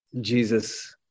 Jesus